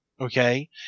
okay